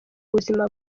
ubuzima